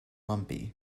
lumpy